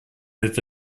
это